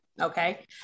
Okay